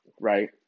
right